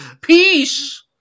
peace